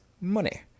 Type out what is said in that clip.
money